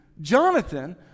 Jonathan